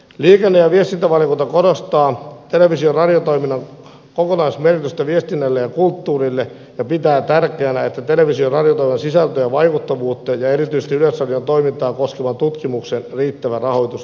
liikenne ja viestintävaliokunta korostaa televisio ja radiotoiminnan kokonaismerkitystä viestinnälle ja kulttuurille ja pitää tärkeänä että televisio ja radiotoiminnan sisältöä ja vaikuttavuutta ja erityisesti yleisradion toimintaa koskevan tutkimuksen riittävä rahoitus turvataan